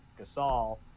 Gasol